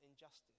injustice